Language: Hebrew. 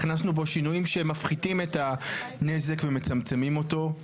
הכנסנו בו שינויים שהם מפחיתים את הנזק ומצמצמים אותו,